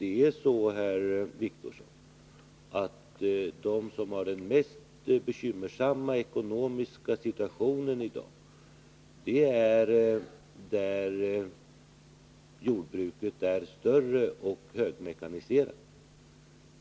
Det är ju också så, herr Wictorsson, att det är det större och högmekaniserade jordbruket som befinner sig i den mest bekymersamma situationen i dag.